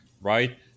right